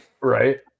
Right